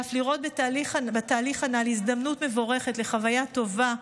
ואף לראות בתהליך הנ"ל הזדמנות מבורכת לחוויה טובה,